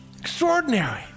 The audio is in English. Extraordinary